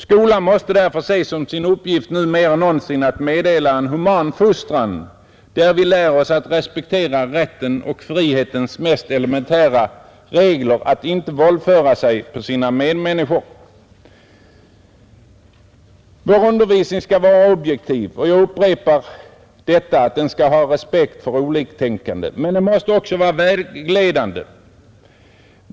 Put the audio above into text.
Skolan måste därför nu mer än någonsin se som sin uppgift att meddela en human fostran, där vi lär oss att respektera rättens och frihetens mest elementära regel — att inte våldföra sig på sina medmänniskor. Vår undervisning skall vara objektiv, och jag upprepar att den skall ha respekt för oliktänkande. Men den måste också vara vägledande.